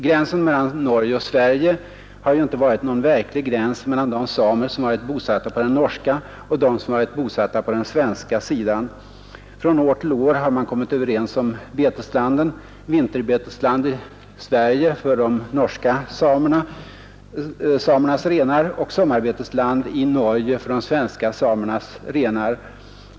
Gränsen mellan Norge och Sverige har ju inte varit någon verklig gräns mellan de samer som varit bosatta på den norska och de som varit bosatta på den svenska sidan. Från år till år har man kommit överens om beteslanden, vinterbetesland i Sverige för de norska samernas renar och sommarbetesland i Norge för de svenska samernas renar.